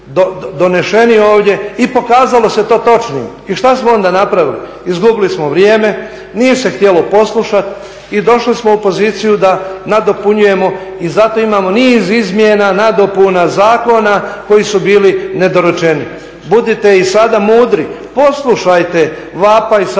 I pokazalo se to točnim i šta smo onda napravili? Izgubili smo vrijeme, nije se htjelo poslušati i došli smo u poziciju da nadopunjujemo i zato imamo niz izmjena, nadopuna, zakona koji su bili nedorečeni. Budite i sada mudri, poslušajte vapaj sa ove